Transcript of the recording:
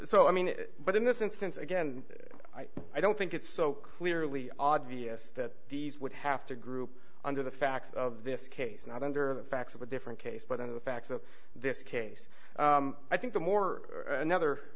so i mean but in this instance again i don't think it's so clearly obvious that these would have to group under the facts of this case and under the facts of a different case but in the facts of this case i think the more another